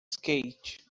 skate